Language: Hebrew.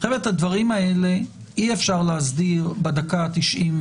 חבר'ה, את הדברים האלה אי אפשר להסדיר בדקה ה-99.